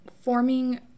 forming